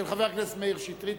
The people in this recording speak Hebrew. של חבר הכנסת מאיר שטרית,